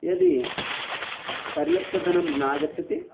यदि पर्याप्तधनं नागच्छति